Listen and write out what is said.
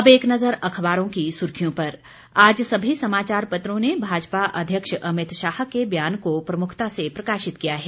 अब एक नजर अखबारों की सुर्खियों पर आज सभी समाचार पत्रों ने भाजपा अध्यक्ष अमित शाह के बयान को प्रमुखता से प्रकाशित किया है